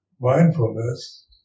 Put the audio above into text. mindfulness